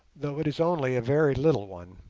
though it is only a very little one,